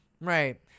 Right